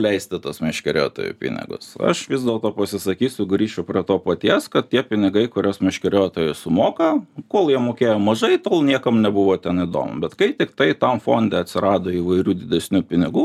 leisti tuos meškeriotojų pinigus aš vis dėlto pasisakysiu grįšiu prie to paties kad tie pinigai kuriuos meškeriotojai sumoka kol jie mokėjo mažai tol niekam nebuvo ten įdomu bet kai tiktai tam fonde atsirado įvairių didesnių pinigų